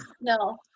no